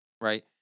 right